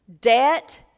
Debt